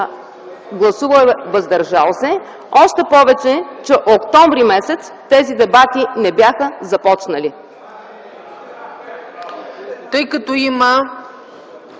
Гласувал е „въздържал се”, още повече че октомври месец тези дебати не бяха започнали. ПРЕДСЕДАТЕЛ